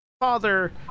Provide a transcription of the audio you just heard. father